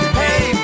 hey